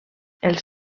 els